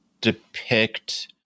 depict